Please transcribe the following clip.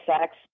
sex